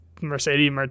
Mercedes